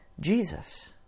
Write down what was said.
Jesus